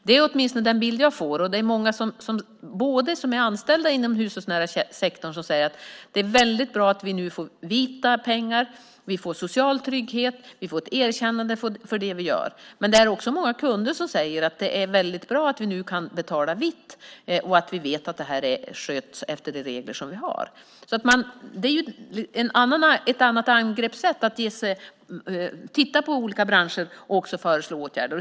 Det är åtminstone den bild jag får, och det är många som är anställda inom den hushållsnära sektorn som säger att det är väldigt bra att de nu får vita pengar, social trygghet och erkännande för det de gör. Men det är också många kunder som säger att det är väldigt bra att de nu kan betala vitt och att de vet att det sköts enligt de regler som vi har. Det är ett annat angreppssätt att titta på olika branscher och också föreslå åtgärder.